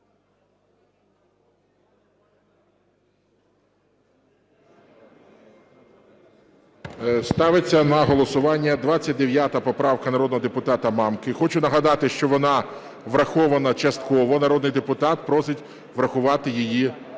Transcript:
Ставиться на голосування 29 поправка народного депутата Мамки. Хочу нагадати, що вона врахована частково. Народний депутат просить врахувати її повністю.